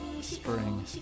spring